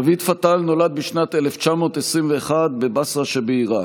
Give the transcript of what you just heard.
דוד פתל נולד בשנת 1921 בבצרה שבעיראק.